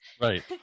right